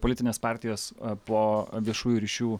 politinės partijos a po viešųjų ryšių